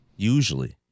usually